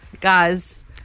Guys